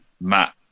Matt